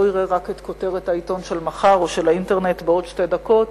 יראה רק את כותרת העיתון של מחר או של האינטרנט בעוד שתי דקות,